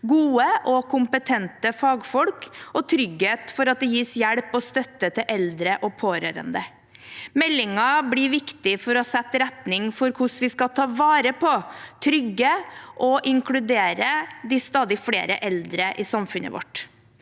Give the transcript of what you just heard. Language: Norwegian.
gode og kompetente fagfolk og trygghet for at det gis hjelp og støtte til eldre og pårørende. Meldingen blir viktig for å sette retning for hvordan vi skal ta vare på, trygge og inkludere de stadig flere eldre i samfunnet vårt.